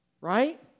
right